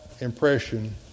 impression